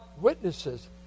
witnesses